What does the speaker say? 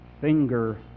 finger